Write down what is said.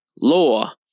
Law